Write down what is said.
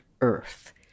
Earth